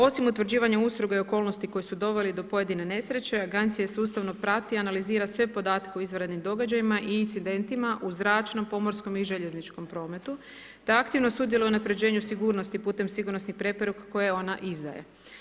Osim utvrđivanja ustroja i okolnosti koje su doveli do pojedine nesreće, agencija sustavno prati, analizira sve podatke o izvanrednim događajima, i incidentima u zračnom, pomorskom i željezničkom prometu, te aktivno sudjeluje u unapređenju sigurnosti, putem sigurnosnih … koje ona izdaje.